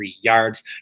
yards